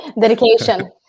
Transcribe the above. dedication